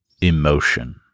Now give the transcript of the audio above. emotion